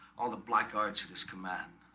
all the black arts at his command